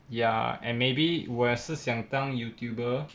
ya and maybe 我也是想当 YouTuber